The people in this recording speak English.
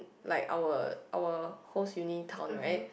like our our host uni town right